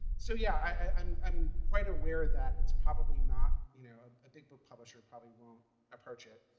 so, yeah, i'm i'm quite aware that it's probably not you know ah a big book publisher probably won't approach it.